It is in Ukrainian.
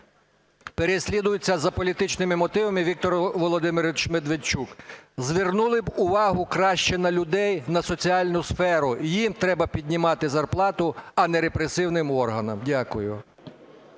переслідується за політичними мотивами Віктор Володимирович Медведчук. Звернули б увагу краще на людей, на соціальну сферу, їм треба піднімати зарплату, а не репресивним органам. Дякую.